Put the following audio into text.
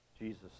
Jesus